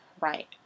Right